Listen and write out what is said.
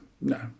no